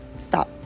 stop